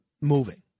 moving